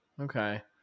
Okay